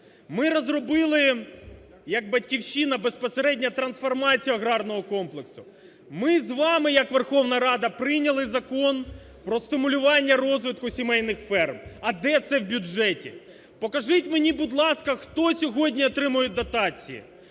Ми розробили як "Батьківщина" безпосередньо трансформацію аграрного комплексу. Ми з вами як Верховної Рада прийняли Закон про стимулювання розвитку сімейних ферм. А де це в бюджеті? Покажіть мені, будь ласка, хто сьогодні отримує дотації.